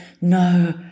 no